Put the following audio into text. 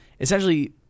Essentially